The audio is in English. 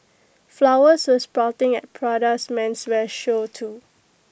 flowers were sprouting at Prada's menswear show too